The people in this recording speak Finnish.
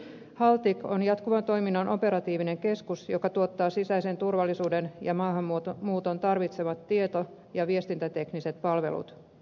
haltik on jatkuvan toiminnan operatiivinen keskus joka tuottaa sisäisen turvallisuuden ja maahanmuuton tarvitsemat tieto ja viestintätekniset palvelut